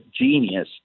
genius